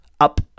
up